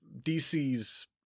DC's